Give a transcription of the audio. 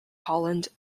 holland